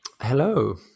Hello